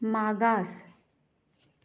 मागास